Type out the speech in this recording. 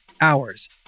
hours